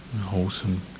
wholesome